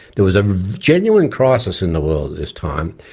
there was a genuine crisis in the world at this time,